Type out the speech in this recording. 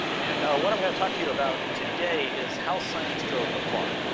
and what i'm going to talk to you about today is how science drove the plot.